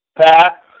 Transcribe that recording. Pat